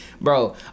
Bro